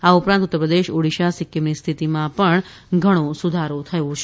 આ ઉપરાંત ઉત્તરપ્રદેશ ઓડીશા સિક્કીમની સ્થિતિમાં ઘણો સુધારો થયો છે